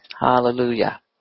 Hallelujah